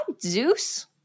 Zeus